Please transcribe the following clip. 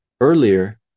Earlier